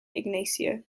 ignacio